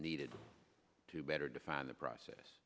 needed to better define the process